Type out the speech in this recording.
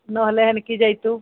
ନହେଲେ ହେନକି ଯାଇ ତୁ